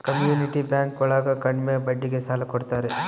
community bank ಒಳಗ ಕಡ್ಮೆ ಬಡ್ಡಿಗೆ ಸಾಲ ಕೊಡ್ತಾರೆ